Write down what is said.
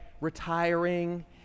retiring